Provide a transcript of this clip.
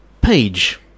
page